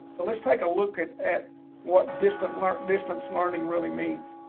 so let's take a look at at what distant learn, distance learning really means.